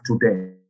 today